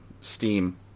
steam